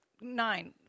Nine